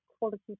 quality